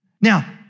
Now